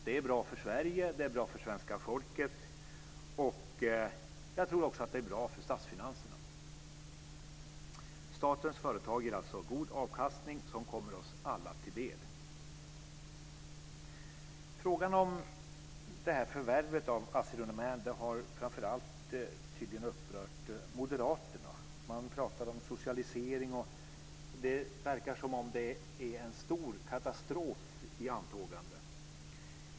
Det är bra för Sverige, det är bra för svenska folket, och jag tror också att det är bra för statsfinanserna. Statens företag ger alltså god avkastning som kommer oss alla till del. Frågan om detta förvärv av Assi Domän har tydligen upprört framför allt moderaterna. De talar om socialisering, och det verkar som om det är en stor katastrof i antågande.